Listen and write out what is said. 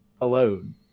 Alone